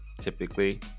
typically